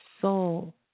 soul